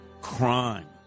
crime